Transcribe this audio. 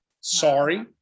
sorry